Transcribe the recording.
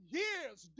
years